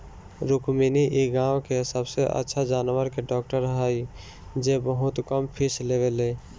रुक्मिणी इ गाँव के सबसे अच्छा जानवर के डॉक्टर हई जे बहुत कम फीस लेवेली